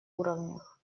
уровнях